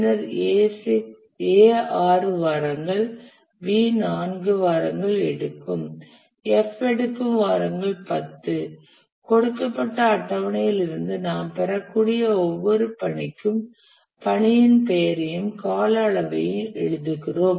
பின்னர் A 6 வாரங்கள் B 4 வாரங்கள் எடுக்கும் F எடுக்கும் வாரங்கள் 10 கொடுக்கப்பட்ட அட்டவணையில் இருந்து நாம் பெறக்கூடிய ஒவ்வொரு பணிக்கும் பணியின் பெயரையும் கால அளவையும் எழுதுகிறோம்